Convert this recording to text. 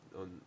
on